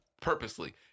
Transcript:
purposely